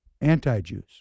anti-Jews